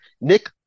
Nick